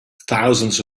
thousands